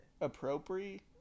Appropriate